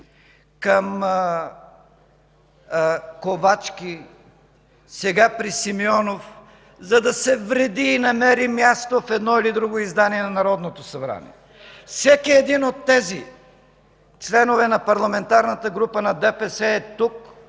към Ковачки, сега при Симеонов, за да се вреди и намери място в едно или друго издание на Народното събрание. Всеки един от тези членове на Парламентарната група на ДПС е тук